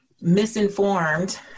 misinformed